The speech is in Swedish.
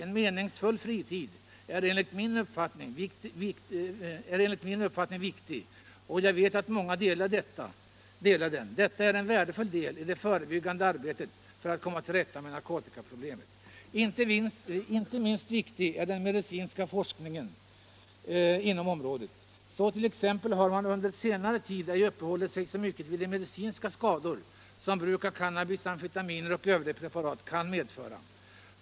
En meningsfull fritid är enligt min och mångas uppfattning viktig och ingår som en värdefull del i det förebyggande arbetet för att komma till rätta med narkotikaproblemet. Inte minst viktig är den medicinska forskningen inom området. Så — Nr 31 har man t.ex. under senare tid ej uppehållit sig så mycket vid de medicinska skador som bruk av cannabis, amfetamin och övriga preparat kan medföra.